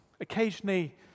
occasionally